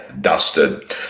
dusted